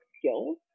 skills